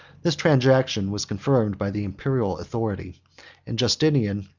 this transaction was confirmed by the imperial authority and justinian,